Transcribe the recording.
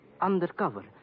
undercover